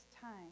time